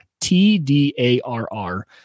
T-D-A-R-R